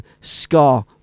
Scar